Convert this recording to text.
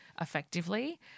effectively